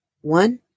One